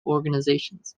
organizations